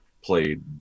played